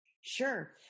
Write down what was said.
Sure